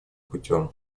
путем